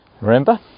Remember